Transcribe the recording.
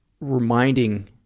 reminding